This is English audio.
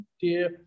dear